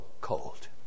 cold